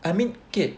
I mean K